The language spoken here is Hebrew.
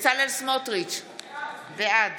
בצלאל סמוטריץ' בעד